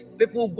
people